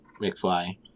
McFly